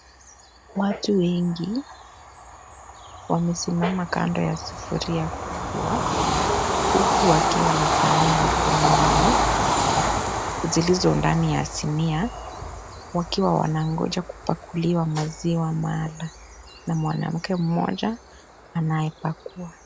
Watu wengi wamesimama kando ya sufuria huku wakiwa na sahani mikononi zilizo ndani ya sinia wakingoja kupakuliwa maziwa maalum na mwanamke mmoja anayepakua.